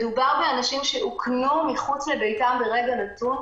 מדובר באנשים שאוכנו מחוץ לביתם ברגע נתון,